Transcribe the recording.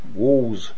walls